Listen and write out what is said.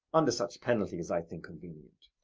under such penalty as i think convenient.